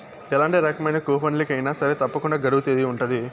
ఎలాంటి రకమైన కూపన్లకి అయినా సరే తప్పకుండా గడువు తేదీ ఉంటది